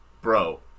Bro